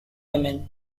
women